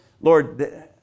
Lord